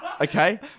Okay